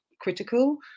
critical